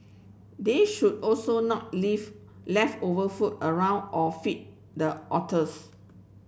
they should also not leave leftover food around or feed the otters